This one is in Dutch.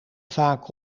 vaak